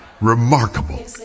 remarkable